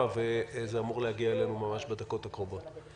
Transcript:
וזה אמור להגיע אלינו ממש בדקות הקרובות.